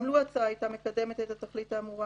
גם לו ההצעה היתה מקדמת את התכלית האמורה